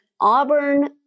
Auburn